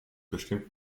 bestimmt